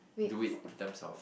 do it terms of